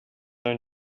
own